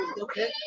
okay